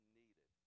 needed